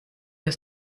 aus